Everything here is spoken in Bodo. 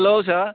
हेल' सार